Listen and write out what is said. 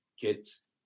kids